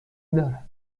دارد